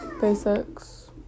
basics